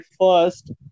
first